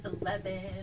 eleven